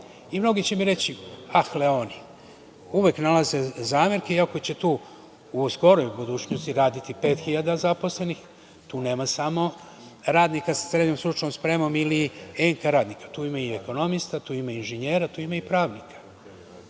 Mnogi će mi reći – ah, Leoni. Uvek nalaze zamerke, iako će tu u skoroj budućnosti raditi 5.000 zaposlenih, tu nema samo radnika sa srednjom stručnom spremom ili … radnika, tu ima ekonomista, tu ima inženjera, tu ima i pravnika,